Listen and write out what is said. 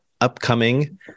upcoming